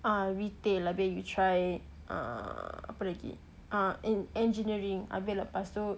retail abih you try ah apa lagi ah en~ engineering abih lepas itu